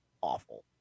awful